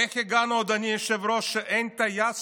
איך הגענו, אדוני היושב-ראש, שאין טייס